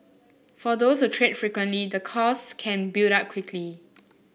for those who trade frequently the costs can build up quickly